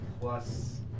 plus